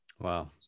Wow